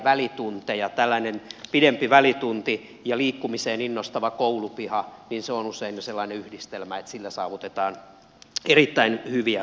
tällainen pidempi välitunti ja liikkumiseen innostava koulupiha on usein jo sellainen yhdistelmä että sillä saavutetaan erittäin hyviä tuloksia